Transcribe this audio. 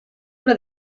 una